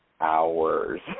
hours